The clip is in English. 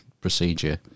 procedure